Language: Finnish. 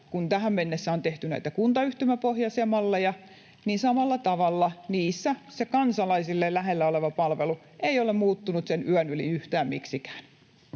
kuin tähän mennessä on tehty näitä kuntayhtymäpohjaisia malleja, niin samalla tavalla niissä se kansalaisille lähellä oleva palvelu ei ole muuttunut sen yön yli yhtään miksikään.